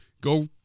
go